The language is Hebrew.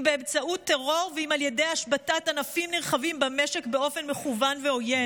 אם באמצעות טרור ואם על ידי השבתת ענפים נרחבים במשק באופן מכוון ועוין,